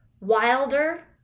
wilder